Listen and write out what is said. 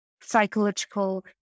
psychological